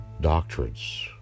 doctrines